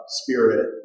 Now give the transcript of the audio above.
spirit